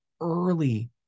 early